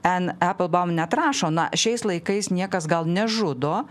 en eplbaum net rašo na šiais laikais niekas gal nežudo